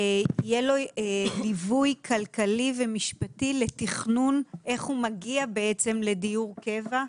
יהיה לו ליווי כלכלי ומשפטי לתכנון איך הוא מגיע לדיור קבע.